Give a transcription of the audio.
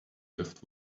lift